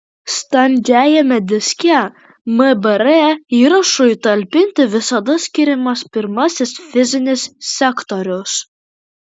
standžiajame diske mbr įrašui talpinti visada skiriamas pirmasis fizinis sektorius